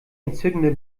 entzückende